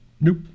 Nope